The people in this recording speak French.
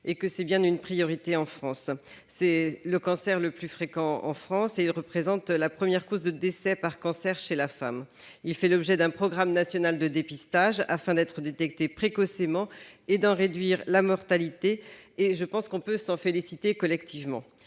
et qu'il s'agit d'une priorité. C'est le cancer le plus fréquent en France et il représente la première cause de décès par cancer chez la femme. Il fait l'objet d'un programme national de dépistage afin d'être détecté précocement et d'en réduire la mortalité, ce dont nous nous félicitons collectivement.